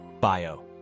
Bio